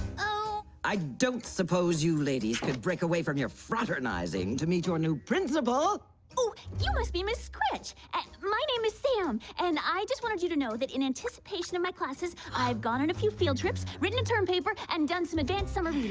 oh i don't suppose you ladies to break away from your fraternizing to meet your new principal oh, you must be miss crutch, and my name is sam and i just wanted you to know that in anticipation of my classes i've gone in a few field trips written a and term paper and done some advanced some of you.